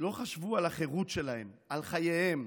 לא חשבו על החירות שלהם, על חייהם,